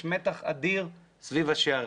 ויש מתח אדיר סביב השערים.